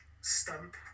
stump